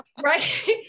right